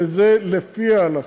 וזה לפי ההלכה.